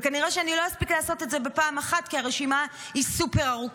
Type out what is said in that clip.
וכנראה שאני לא אספיק לעשות את זה בפעם אחת כי הרשימה היא סופר-ארוכה.